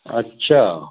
अच्छा